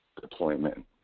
deployment